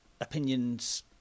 opinions